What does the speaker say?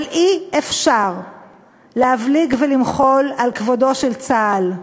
אבל אי-אפשר להבליג ולמחול על כבודו של צה"ל,